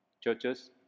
churches